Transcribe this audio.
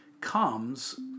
comes